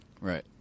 Right